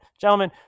gentlemen